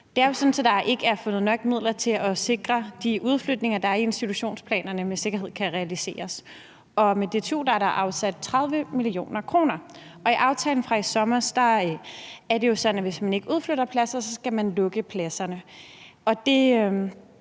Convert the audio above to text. at der ikke er fundet nok midler til at sikre, at de udflytninger, der er i institutionsplanerne, med sikkerhed kan realiseres. Med DTU er der afsat 30 mio. kr. I aftalen fra i sommer er det jo sådan, at hvis ikke man udflytter pladser, så skal man lukke pladserne.